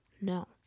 No